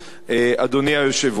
אדוני היושב-ראש.